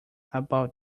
about